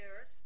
years